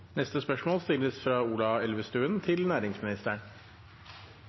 neste spørsmål stilles fra Guri Melby til